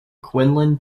quinlan